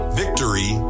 victory